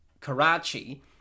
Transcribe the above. Karachi